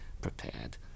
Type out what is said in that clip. prepared